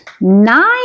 Nine